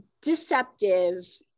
deceptive